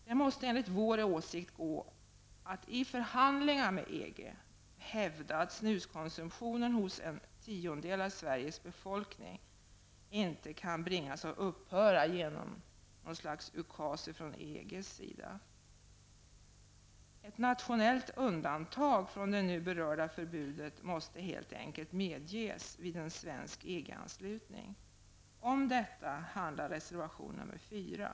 Det måste enligt vår åsikt gå att i förhandlingar med EG hävda att snuskonsumtionen hos en tiondel av Sveriges befolkning inte kan bringas att upphöra genom en ukas från EGs sida. Ett nationellt undantag från det nu berörda förbudet måste helt enkelt medges vid en svensk EG-anslutning. Om detta handlar reservation nr 4.